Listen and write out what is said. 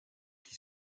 qui